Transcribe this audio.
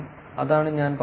അതാണ് ഞാൻ പറഞ്ഞത്